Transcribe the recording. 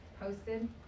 posted